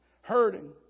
hurting